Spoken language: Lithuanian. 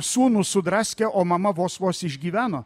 sūnų sudraskė o mama vos vos išgyveno